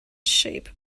shape